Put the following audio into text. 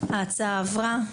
הצבעה אושר ההצעה עברה.